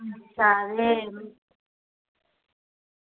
अच्छा ते